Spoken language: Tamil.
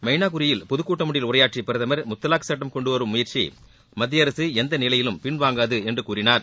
மைனாகுரியில் பொதுக்கூட்டம் ஒன்றில் உரையாற்றிய பிரதமர் முத்தலாக் சுட்டம் கொண்டுவரும் முயற்சியை மத்திய அரசு எந்த நிலையிலும் பின்வாங்காது என்றும் கூறினார்